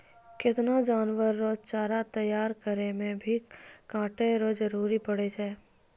केतना जानवर रो चारा तैयार करै मे भी काटै रो जरुरी पड़ै छै